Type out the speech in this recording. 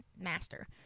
master